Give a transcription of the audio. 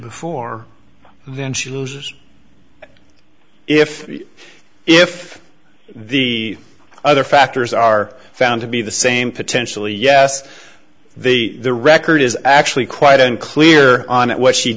before then she loses if if the other factors are found to be the same potentially yes the the record is actually quite unclear on what she